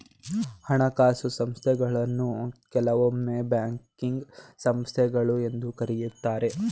ಹಣಕಾಸು ಸಂಸ್ಥೆಗಳನ್ನು ಕೆಲವೊಮ್ಮೆ ಬ್ಯಾಂಕಿಂಗ್ ಸಂಸ್ಥೆಗಳು ಎಂದು ಕರೆಯುತ್ತಾರೆ